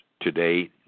today